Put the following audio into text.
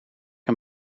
een